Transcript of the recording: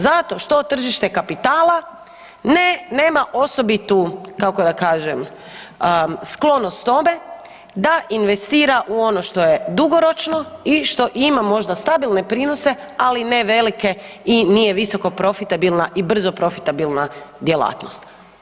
Zato što tržište kapitala nema osobitu, kako da kažem, sklonost tome, da investira u ono što je dugoročno i što ima možda stabilne prinose, ali ne velike i nije visokoprofitabilna i brzoprofitabilna djelatnost.